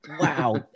wow